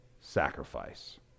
sacrifice